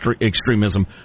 extremism